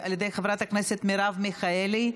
חברת הכנסת יעל גרמן מבקשת לצרף אותה כתומכת,